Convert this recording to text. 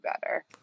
better